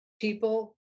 people